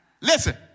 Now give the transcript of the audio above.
listen